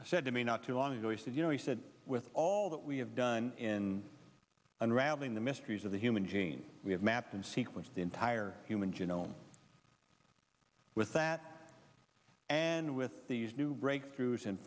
watson said to me not too long ago he said you know he said with all that we have done in unraveling the mysteries of the human gene we have mapped and sequenced the entire human genome with that and with these new breakthroughs in